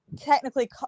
technically